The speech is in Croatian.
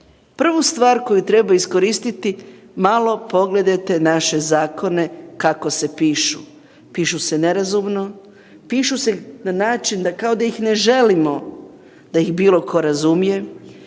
Prvu stvar koju treba iskoristiti malo pogledajte naše zakona kako se pišu. Pišu se nerazumno, pišu se na način kao da ih ne želimo da ih bilo tko razumije,